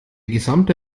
gesamte